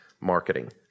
marketing